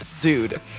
Dude